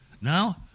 Now